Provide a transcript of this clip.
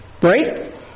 Right